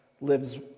lives